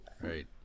right